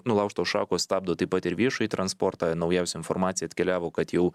nulaužtos šakos stabdo taip pat ir viešąjį transportą naujausia informacija atkeliavo kad jau